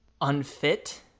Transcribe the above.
unfit